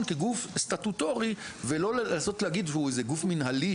כגוף סטטוטורי ולא לנסות ולהגיד שהוא איזה גוף מנהלי,